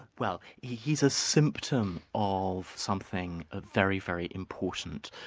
well he's a symptom of something ah very, very important.